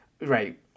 right